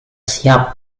siap